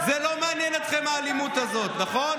היא לא מעניינת אתכם, האלימות הזו, נכון?